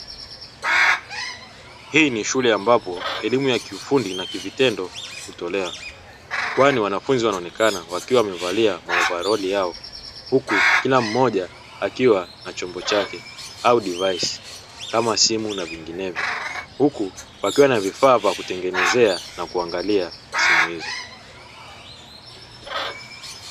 Hii ni shule ambapo elimu ya kiufundi na kivitendo hutolewa kwani wanafunzi wanaonekana wakiwa wamevalia maovaloli yao, huku kila mmoja akiwa na chombo chake au divise kama simu na vinginevyo huku wakiwa na vifaa vya kutengeneza na kuangalia simu hizo.